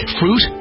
fruit